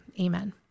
Amen